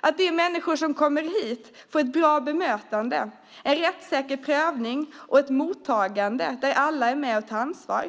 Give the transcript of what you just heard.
att människor som kommer hit ska få ett bra bemötande, en rättssäker prövning och ett mottagande där alla är med och tar ansvar.